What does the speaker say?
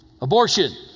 Abortion